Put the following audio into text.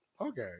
okay